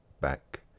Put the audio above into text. back